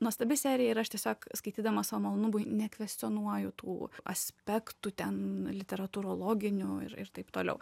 nuostabi serija ir aš tiesiog skaitydama savo malonumui nekvestionuoju tų aspektų ten literatūrologinių ir ir taip toliau